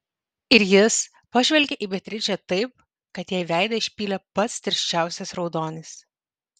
ir jis pažvelgė į beatričę taip kad jai veidą išpylė pats tirščiausias raudonis